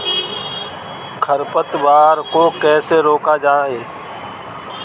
खरपतवार को कैसे रोका जाए?